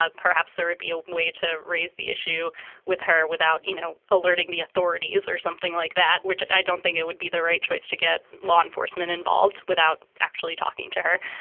ah perhaps there would be a way to raise the issue with her without, you know, alerting the authorities or something like that, which i don't think it would be the right choice to get law enforcement involved without actually talking to her.